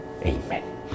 Amen